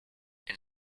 and